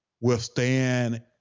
withstand